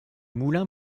moulin